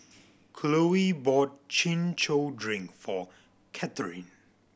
Chloie bought Chin Chow drink for Kathryne